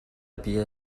bia